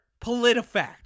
PolitiFact